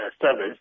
service